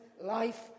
life